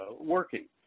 working